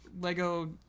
lego